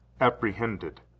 apprehended